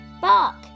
Bark